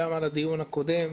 גם על הדיון הקודם,